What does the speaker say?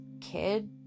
kid